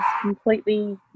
completely